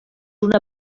una